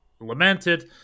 lamented